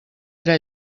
era